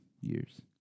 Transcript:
years